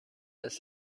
است